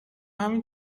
همین